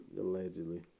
allegedly